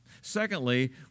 Secondly